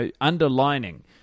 underlining